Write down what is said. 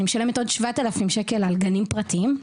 שאני משלמת עבורן עוד כ-7,000 ₪ על גנים פרטיים.